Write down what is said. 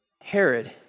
Herod